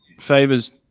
favors